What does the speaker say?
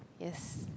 yes